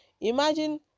imagine